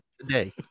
Today